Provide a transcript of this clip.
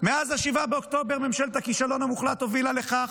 מאז 7 באוקטובר ממשלת הכישלון המוחלט הובילה לכך